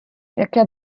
яке